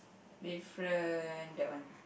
different that one